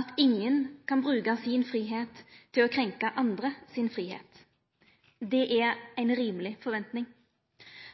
at ingen kan bruka fridomen sin til å krenke andre sin fridom. Det er ei rimelig forventing.